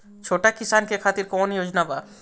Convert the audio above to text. छोटा किसान के खातिर कवन योजना बा?